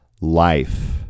life